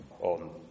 on